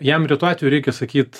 jam retu atveju reikia sakyt